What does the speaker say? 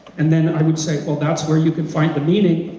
and then, i would say well that's where you can find the meaning,